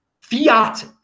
fiat